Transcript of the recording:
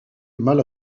mal